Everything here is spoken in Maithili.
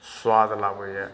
सुआद लाबैए